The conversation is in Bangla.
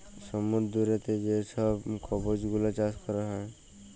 সমুদ্দুরেতে যে ছব কম্বজ গুলা চাষ ক্যরা হ্যয়